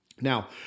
Now